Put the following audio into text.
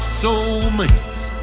soulmates